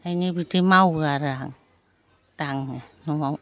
ओंखायनो बिदि मावो आरो आं दाङो न'आव